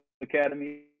Academy